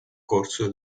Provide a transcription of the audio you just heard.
corso